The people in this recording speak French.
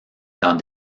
dans